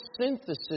synthesis